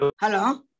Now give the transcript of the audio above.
Hello